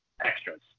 extras